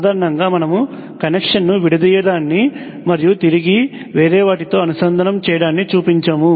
సాధారణంగా మనము కనెక్షన్ను వివిడదీయటాన్ని మరియు తిరిగి వేరే వాటితో అనుసంధానం చేయడాన్ని చూపించము